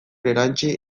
erantsi